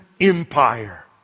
Empire